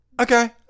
okay